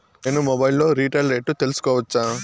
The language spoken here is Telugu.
నేను మొబైల్ లో రీటైల్ రేట్లు తెలుసుకోవచ్చా?